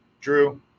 Drew